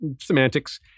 semantics